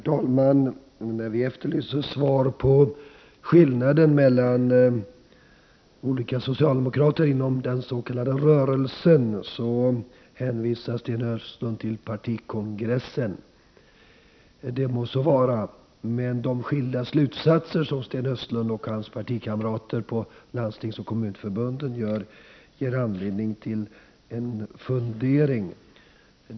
Herr talman! När vi efterlyser svar på frågan om hur det förhåller sig med skillnaden mellan olika socialdemokrater inom den s.k. rörelsen hänvisar Sten Östlund till partikongressen. Det må så vara, men de skilda slutsatser som Sten Östlund och hans partikamrater på Landstingsförbundet resp. Kommunförbundet drar ger anledning till en fundering.